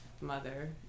mother